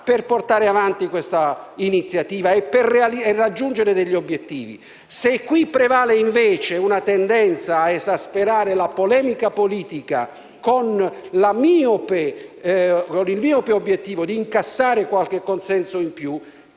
per portare avanti questa iniziativa e raggiungere degli obiettivi. Se invece qui dovesse prevalere la tendenza a esasperare la polemica politica, con il miope obiettivo di incassare qualche consenso in più,